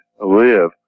live